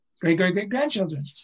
great-great-great-grandchildren